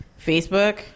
Facebook